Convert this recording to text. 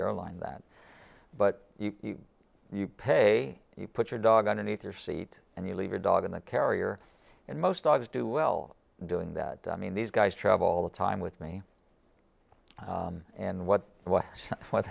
airline that but you pay you put your dog underneath your seat and you leave your dog in the carrier and most dogs do well in doing that i mean these guys travel all the time with me and what what what